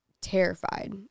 terrified